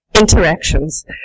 Interactions